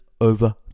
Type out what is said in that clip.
over